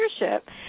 leadership